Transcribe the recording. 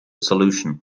solution